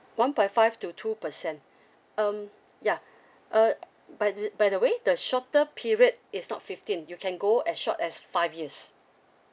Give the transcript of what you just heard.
one point five to two percent um yeah uh by the by the way the shorter period is not fifteen you can go as short as five years